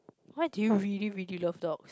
why do you really really love dogs